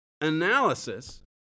analysis